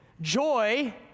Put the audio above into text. joy